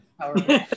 powerful